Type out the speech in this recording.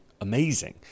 amazing